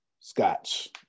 scotch